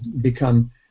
become